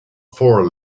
for